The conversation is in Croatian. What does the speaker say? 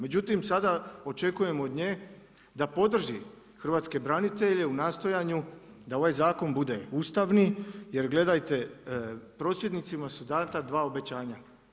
Međutim, sada očekujem od nje da podrži hrvatske branitelje, u nastojanju da ovaj zakon bude ustavni, jer gledajte, prosvjednicima su dana 2 obećanja.